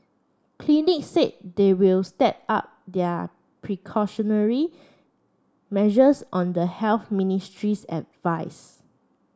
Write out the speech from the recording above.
clinics said they will step up their precautionary measures on the Ministry's